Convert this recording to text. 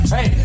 Hey